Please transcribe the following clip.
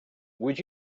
would